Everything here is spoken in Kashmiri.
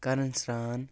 کران سران